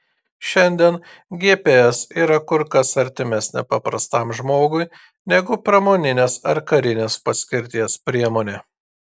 šiandien gps yra kur kas artimesnė paprastam žmogui negu pramoninės ar karinės paskirties priemonė